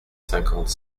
cinquante